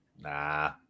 Nah